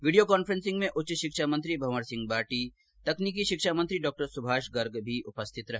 video conferencing में उच्च षिक्षा मंत्री भंवर सिंह भाटी तकनीकी षिक्षा मंत्री डॉ सुभाष गर्ग भी उपस्थित रहे